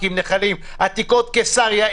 עתיקות קסריה,